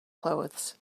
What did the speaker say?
clothes